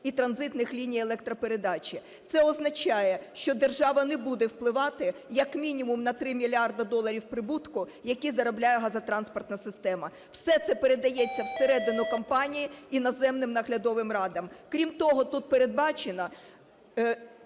і транзитних ліній електропередачі. Це означає, що держава не буде впливати як мінімум на 3 мільярди доларів прибутку, які заробляє газотранспортна система. Все це передається всередину компанії, іноземним наглядовим радам. Крім того, тут передбачено